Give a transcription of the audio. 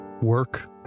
work